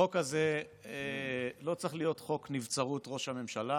החוק הזה לא צריך להיות חוק נבצרות ראש הממשלה